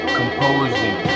composing